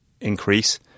increase